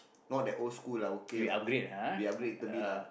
not that old school lah okay lah we upgrade little bit lah